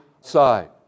side